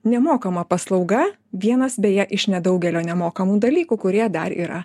nemokama paslauga vienas beje iš nedaugelio nemokamų dalykų kurie dar yra